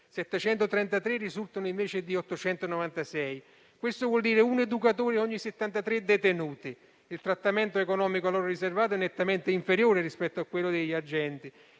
733 invece di 896. Questo vuol dire un educatore ogni 73 detenuti. Il trattamento economico a loro riservato è nettamente inferiore rispetto a quello degli agenti.